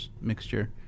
mixture